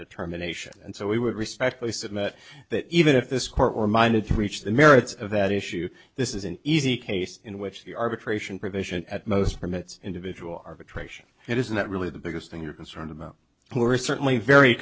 determination and so we would respectfully submit that even if this court or minded to reach the merits of that issue this is an easy case in which the arbitration provision at most permits individual arbitration it isn't really the biggest thing you're concerned about who are certainly very